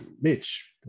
Mitch